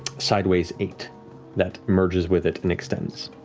sideways eight that merges with it and extends.